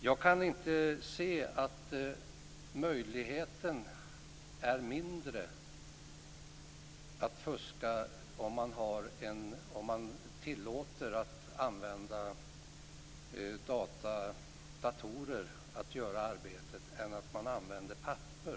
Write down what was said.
Jag kan inte se att möjligheten är mindre att fuska om man tillåter att datorer används för att göra arbetet än om man använder papper.